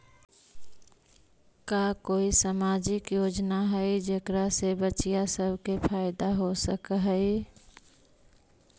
का कोई सामाजिक योजना हई जेकरा से बच्चियाँ सब के फायदा हो सक हई?